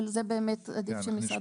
אבל זה באמת עדיף שמשרד הבריאות יגיב.